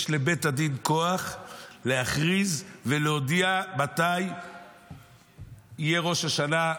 יש לבית הדין כוח להכריז ולהודיע מתי יהיה ראש השנה,